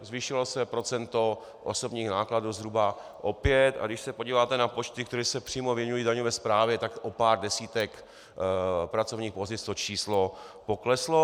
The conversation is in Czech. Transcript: Zvýšilo se procento osobních nákladů zhruba o pět, a když se podíváte na počty, které se přímo věnují daňové správě, tak o pár desítek pracovníků to číslo pokleslo.